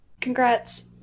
Congrats